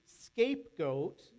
scapegoat